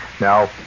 Now